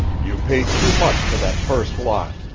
you paid too much for that first lot.